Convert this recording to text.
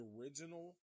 original